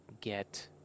get